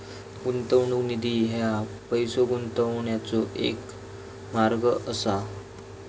गुंतवणूक निधी ह्या पैसो गुंतवण्याचो एक मार्ग असा